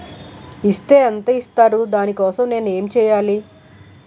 Is తే ఎంత ఇస్తారు దాని కోసం నేను ఎంచ్యేయాలి?